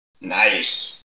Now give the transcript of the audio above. Nice